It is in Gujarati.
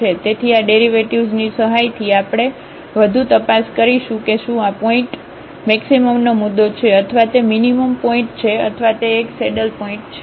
તેથી આ ડેરિવેટિવ્ઝની સહાયથી આપણે વધુ તપાસ કરીશું કે શું આ પોઇન્ટ મેક્સિમમનો મુદ્દો છે અથવા તે મીનીમમપોઇન્ટ છે અથવા તે એક સેડલપોઇન્ટ છે